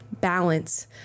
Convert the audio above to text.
balance